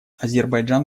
азербайджан